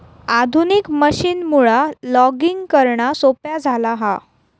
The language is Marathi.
आधुनिक मशीनमुळा लॉगिंग करणा सोप्या झाला हा